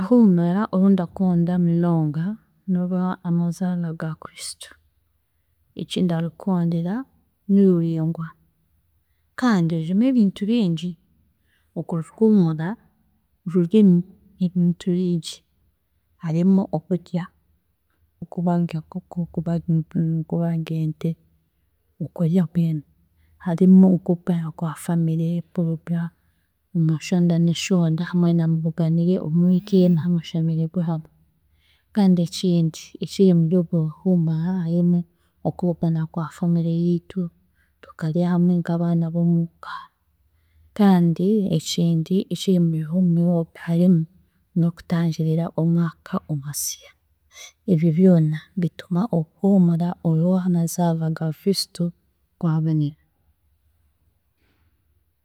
Oruhuumura orundakunda munonga n'orw'amazaarwa ga kriistu. Ekindarukundira niruringwa kandi rurimu ebintu bingi orwo ruhuumura rurimu ebintu bingi, harimu okurya; okubaaga enkoko, okubaaga empunu, okubaaga ente okurya mbwenu, harimu nk'okubeera kwa family kuruga omu shonda n'eshonda mwena mubuganire omu ka emwe mushemeregwe hamwe. Kandi ekindi ekiri murwogwo ruhuumura harimu okubugana kwa family yitu tukarya hamwe nk'abaana b'omuka kandi ekindi ekiri muruhuumura ogwe harimu n'okutangirira omwaka omusya, ebyo byona bituma oruhuumura orw'amazaagwa ga Kristu rwabonera.